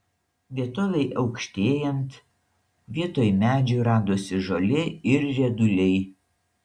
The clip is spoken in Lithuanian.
vietovei aukštėjant vietoj medžių radosi žolė ir rieduliai